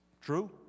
True